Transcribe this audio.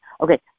Okay